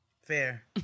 Fair